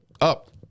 up